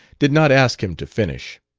did not ask him to finish.